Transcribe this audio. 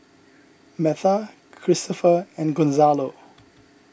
Metha Christoper and Gonzalo